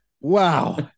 Wow